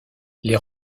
les